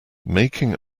making